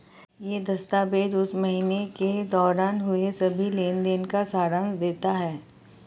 यह दस्तावेज़ उस महीने के दौरान हुए सभी लेन देन का सारांश देता है